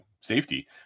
Safety